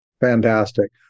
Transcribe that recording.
Fantastic